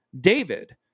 David